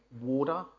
water